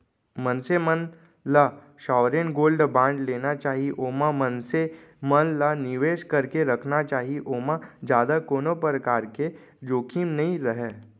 मनसे मन ल सॉवरेन गोल्ड बांड लेना चाही ओमा मनसे मन ल निवेस करके रखना चाही ओमा जादा कोनो परकार के जोखिम नइ रहय